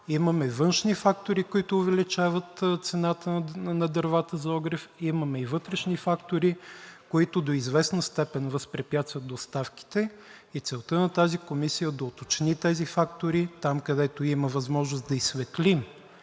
Имаме външни фактори, които увеличават цената на дървата за огрев, имаме вътрешни фактори, които до известна степен възпрепятстват доставките, и целта на тази комисия е да уточни тези фактори – там, където има възможност да изсветлим